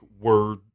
word